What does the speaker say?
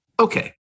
Okay